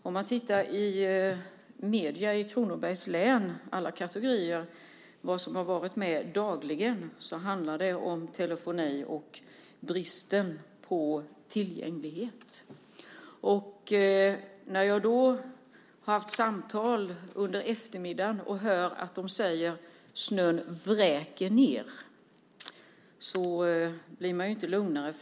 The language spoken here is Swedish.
Om man tittar i medierna i Kronobergs län - alla kategorier - för att se vad som har varit med dagligen handlar det om telefoni och bristen på tillgänglighet. När jag under eftermiddagen har fått samtal och hört att snön vräker ned blir jag inte lugnare.